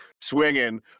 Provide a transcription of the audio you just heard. swinging